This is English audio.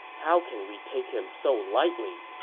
how can we take him so lightly?